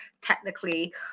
technically